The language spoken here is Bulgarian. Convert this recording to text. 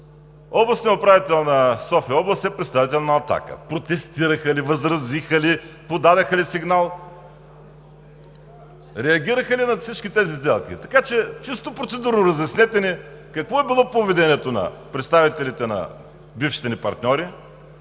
областният управител на София-област е представител на „Атака“. Протестираха ли, възразиха ли, подадоха ли сигнал? Реагираха ли на всички тези сделки? Чисто процедурно ни разяснете какво е било поведението на представителите на бившите ни партньори.